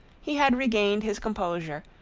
he had regained his composure,